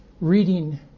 reading